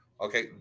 Okay